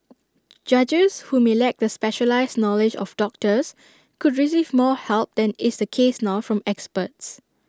judges who may lack the specialised knowledge of doctors could receive more help than is the case now from experts